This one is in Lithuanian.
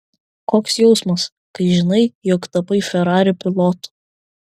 koks jausmas kai žinai jog tapai ferrari pilotu